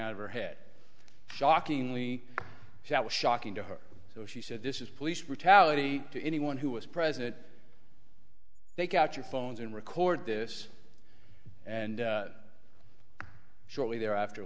out of her head shockingly that was shocking to her so she said this is police brutality to anyone who is president take out your phones and record this and shortly thereafter